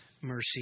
mercy